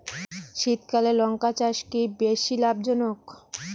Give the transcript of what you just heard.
শীতকালে লঙ্কা চাষ কি বেশী লাভজনক?